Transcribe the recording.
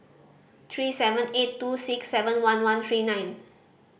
three seven eight two six seven one one three nine